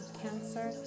cancer